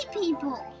people